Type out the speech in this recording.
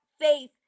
faith